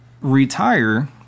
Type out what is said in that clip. retire